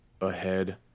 ahead